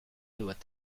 doit